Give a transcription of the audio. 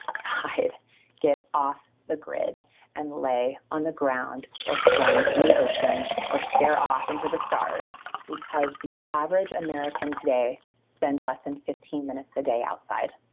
get off the grid and lay on the ground or swim in the ocean or stare off into the stars because the average american today spends less than fifteen minutes a day outside.